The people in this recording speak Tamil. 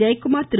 ஜெயக்குமார் திரு